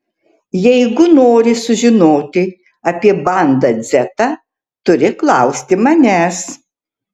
jeigu nori sužinoti apie banda dzeta turi klausti manęs